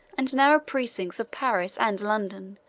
and narrow precincts of paris and london,